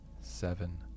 seven